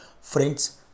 Friends